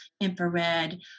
infrared